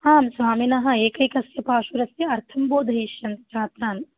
आं स्वामिनः एकैकस्य पाशुरस्य अर्थं बोधयिष्यन्ति छात्रान्